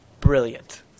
Brilliant